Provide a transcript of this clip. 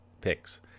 picks